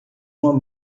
uma